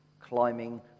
Climbing